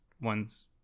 ones